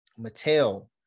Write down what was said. Mattel